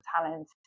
talent